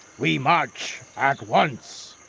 we march at once!